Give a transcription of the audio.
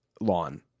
lawn